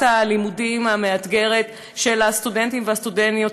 הלימודים המאתגרת של הסטודנטים והסטודנטיות,